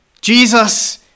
Jesus